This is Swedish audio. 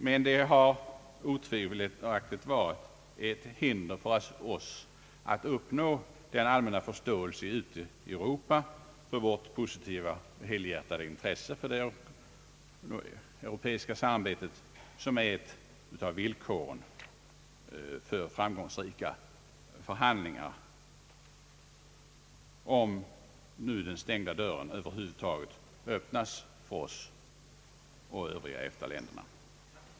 Men de har otvivelaktigt på sätt och vis varit ett hinder för oss att uppnå den allmänna förståelse ute i Europa för vårt positiva, helhjärtade intresse för det europeiska samarbetet som är ett av villkoren för framgångsrika förhandlingar — om nu den stängda dörren över huvud taget öppnas för oss och de övriga EFTA-länderna.